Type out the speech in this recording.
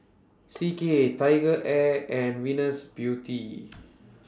C K TigerAir and Venus Beauty